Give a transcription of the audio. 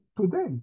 today